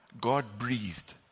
God-breathed